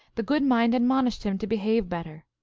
the good mind admonished him to behave bet ter.